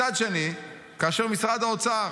מצד שני, כאשר משרד האוצר